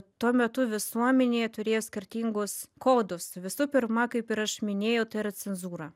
tuo metu visuomenėje turėjo skirtingus kodus visų pirma kaip ir aš minėjau tai yra cenzūra